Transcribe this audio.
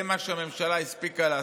זה מה שהממשלה הספיקה לעשות.